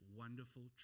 wonderful